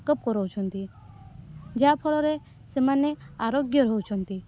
check up କରାଉଛନ୍ତି ଯାହାଫଳରେ ସେମାନେ ଆରୋଗ୍ୟ ରହୁଛନ୍ତି